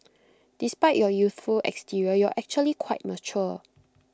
despite your youthful exterior you're actually quite mature